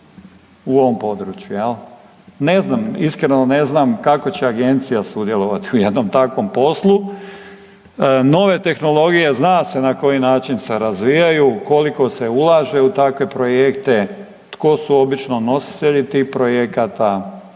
u ovom području jel. Ne znam, iskreno ne znam kako će agencija sudjelovat u jednom takvom poslu. Nove tehnologije zna se na koji način se razvijaju, koliko se ulaže u takve projekte, tko su obično nositelji tih projekata,